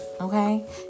Okay